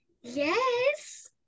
Yes